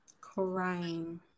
crying